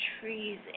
Trees